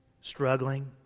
struggling